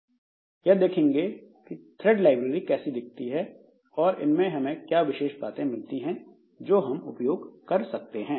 हम सरसरी निगाहों से यह देखेंगे कि थ्रेड लाइब्रेरी कैसी दिखती है और इनसे हमें क्या विशेष बातें मिलती हैं जो हम उपयोग कर सकते हैं